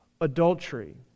adultery